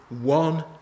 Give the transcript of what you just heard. one